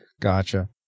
Gotcha